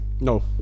No